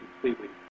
completely